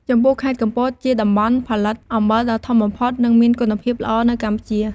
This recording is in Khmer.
ចំពោះ ខេត្តកំពត ជាតំបន់ផលិតអំបិលដ៏ធំបំផុត និងមានគុណភាពល្អនៅកម្ពុជា។